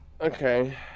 Okay